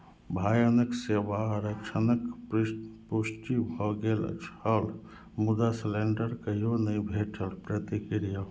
भयानक सेवा आरक्षणक पृष्ट पुष्टि भऽ गेल छल मुदा सलेण्डर कहियो नहि भेटल प्रतिक्रिया